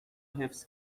حفظ